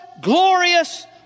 glorious